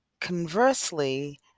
Conversely